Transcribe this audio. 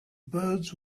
birds